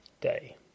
Day